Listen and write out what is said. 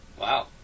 Wow